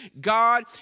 God